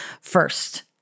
first